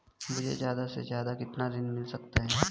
मुझे ज्यादा से ज्यादा कितना ऋण मिल सकता है?